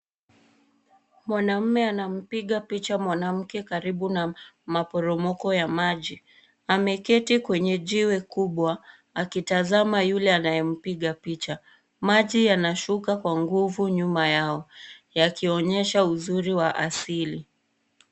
Mwamamume anampiga picha mwanamke karibu na maporomoko ya maji. Ameketi kwenye jiwe kubwa akitazama yule anayempiga picha. Maji yanashuka kwa nguvu nyuma yao yakionyesha uzuri wa asili.